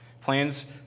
Plans